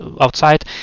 outside